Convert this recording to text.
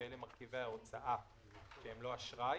שאלה מרכיבי ההוצאה שהם לא אשראי.